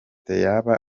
yaba